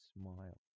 smile